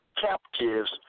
captives